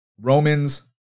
Romans